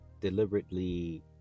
deliberately